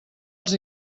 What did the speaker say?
els